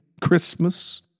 Christmas